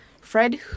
Fred